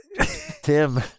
Tim